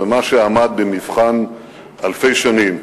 ומה שעמד במבחן אלפי שנים,